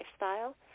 lifestyle